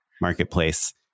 marketplace